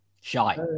Shy